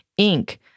Inc